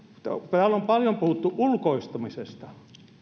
täällä on paljon puhuttu ulkoistamisesta